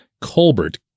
Colbert